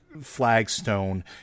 flagstone